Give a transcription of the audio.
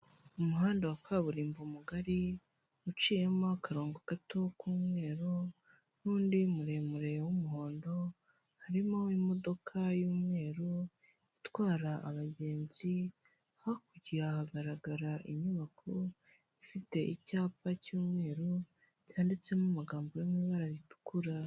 Umuhanda wa kaburimbo mugari uciyemo akarongo gato k'umweru n'undi muremure w'umuhondo harimo imodoka y'umweru itwara abagenzi, hakurya hagaragara inyubako ifite icyapa cy'umweru cyanditsemo amagambo yo mu ibara ritukura.